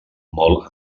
molt